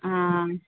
हाँ